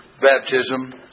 baptism